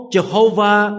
Jehovah